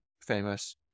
famous